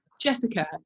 Jessica